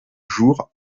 jour